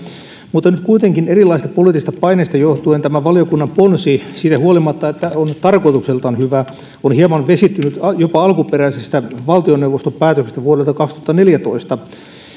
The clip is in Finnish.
mutta nyt kuitenkin erilaisista poliittisista paineista johtuen tämä valiokunnan ponsi siitä huolimatta että se on tarkoitukseltaan hyvä on hieman vesittynyt jopa alkuperäisestä valtioneuvoston päätöksestä vuodelta kaksituhattaneljätoista